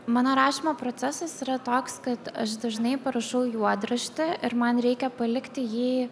mano rašymo procesas yra toks kad aš dažnai parašau juodraštį ir man reikia palikti jį